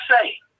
say